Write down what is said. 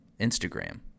Instagram